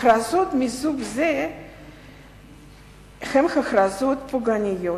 הכרזות מסוג זה הינן הכרזות פוגעניות,